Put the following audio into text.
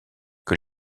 que